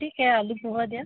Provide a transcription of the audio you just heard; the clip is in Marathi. ठीक आहे आलू पोहा द्या